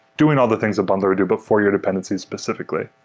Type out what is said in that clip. doing all the things a bundler do before your dependency specifically.